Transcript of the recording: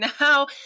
now